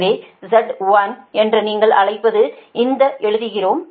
எனவே Z1 என்று நீங்கள் அழைப்பது இங்கு எழுதுகிறோம்